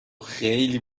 خیلی